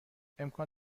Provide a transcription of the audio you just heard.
امکان